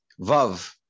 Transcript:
Vav